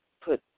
put